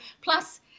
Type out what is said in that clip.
Plus